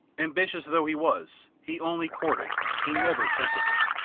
ambitious though he was, he only courted, he never tempted her.